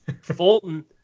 Fulton